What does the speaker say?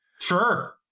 Sure